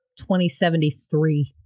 2073